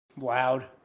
Loud